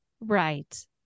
Right